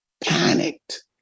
panicked